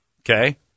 Okay